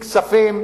עם כספים,